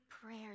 prayers